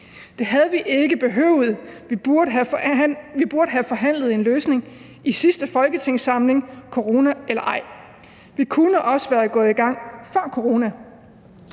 Det havde vi ikke behøvet. Vi burde have forhandlet en løsning i sidste folketingssamling, corona eller ej. Vi kunne også være gået i gang før corona.